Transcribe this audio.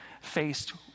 faced